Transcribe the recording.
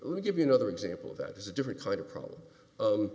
we give you another example of that is a different kind of problem